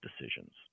decisions